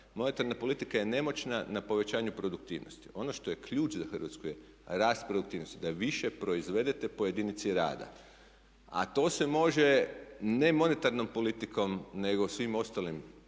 monetarna politika je nemoćna na povećanju produktivnosti. Ono što je ključ za Hrvatsku to je rast produktivnosti, da više proizvedete po jedinici rada. A to se može ne monetarnom politikom nego svim ostalim